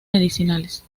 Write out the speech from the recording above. medicinales